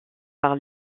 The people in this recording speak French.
par